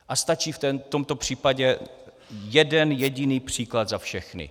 A stačí v tomto případě jeden jediný příklad za všechny.